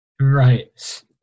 Right